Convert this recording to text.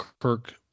Kirk